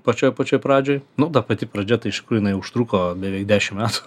pačioj pačioj pradžioj nu ta pati pradžia tai iš kur jinai užtruko beveik dešim metų